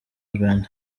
husband